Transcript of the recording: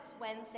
Wednesday